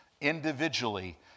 individually